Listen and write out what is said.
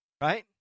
Right